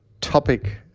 topic